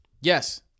Yes